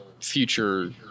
future